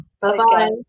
Bye-bye